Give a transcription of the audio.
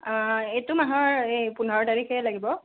এইটো মাহৰ এই পোন্ধৰ তাৰিখে লাগিব